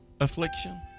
affliction